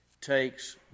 takes